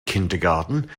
kindergarten